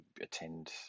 attend